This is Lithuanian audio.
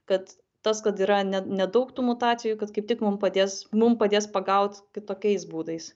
kad tas kad yra ne nedaug tų mutacijų kad kaip tik mum padės mum padės pagaut kitokiais būdais